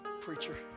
Preacher